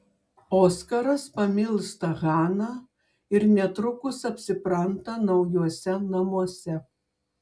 oskaras pamilsta haną ir netrukus apsipranta naujuose namuose